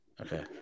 Okay